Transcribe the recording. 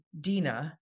Dina